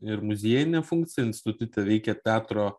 ir muziejinę funkciją institute veikė teatro